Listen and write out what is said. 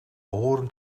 behoren